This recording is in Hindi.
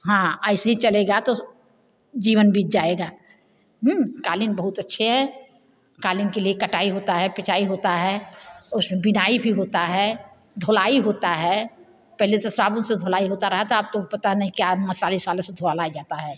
हाँ ऐसे ही चलेगा तो जीवन बीत जाएगा क़ालीन बहुत अच्छे है क़ालीन के लिए कटाई होता है पिचाई होता है उसमें बुनाई भी होता है धुलाई होता है पहले से साबुन से धुलाई होता रहा था अब तो पता नहीं क्या मसाले ओसाले से धुलाई जाता है